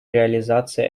реализации